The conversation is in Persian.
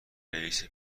رییس